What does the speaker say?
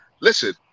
listen